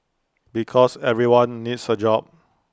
because everyone needs A job